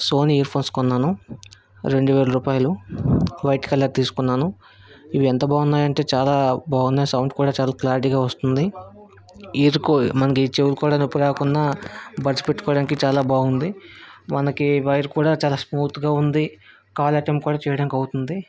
Sony earphones కొన్నాను రెండు వేల రూపాయలు వైట్ కలర్ తీసుకున్నాను ఇవి ఎంత బాగున్నాయి అంటే చాలా బాగున్నాయి సౌండ్ కూడా చాలా క్లారిటీగా వస్తుంది ఇయర్కు మనకు చెవి కూడా నొప్పి రాకుండా బడ్స్ పెట్టుకోవడానికి చాలా బాగుంది మనకి వైర్ కూడా చాలా స్మూత్గా ఉంది కాలర్ ట్యూన్ కూడా చేయడానికి అవుతుంది